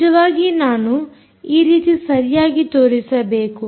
ನಿಜವಾಗಿ ನಾನು ಈ ರೀತಿ ಸರಿಯಾಗಿ ತೋರಿಸಬೇಕು